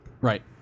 Right